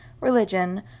religion